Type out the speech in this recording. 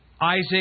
Isaac